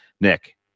Nick